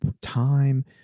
time